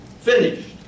finished